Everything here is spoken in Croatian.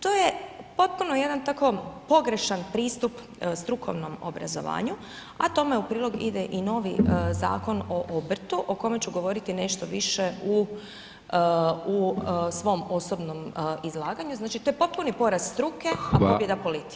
To je potpuno jedan tako pogrešan pristup strukovnom obrazovanju, a tome u prilog ide i novi Zakon o obrtu, o kome ću govoriti nešto više u svom osobnom izlaganju, znači to je potpuni poraz struke [[Upadica: Hvala]] a pobjeda politike.